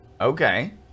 Okay